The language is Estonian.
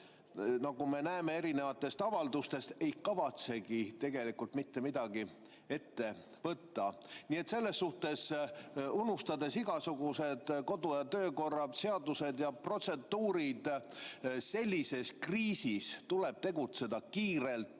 nagu me mitmest avaldusest oleme näinud, ei kavatsegi tegelikult mitte midagi ette võtta. Nii et selles suhtes, unustades igasugused kodu- ja töökorra seadused ja protseduurid, tuleb sellises kriisis tegutseda kiirelt,